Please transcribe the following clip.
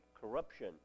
corruption